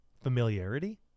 Familiarity